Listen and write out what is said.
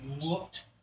looked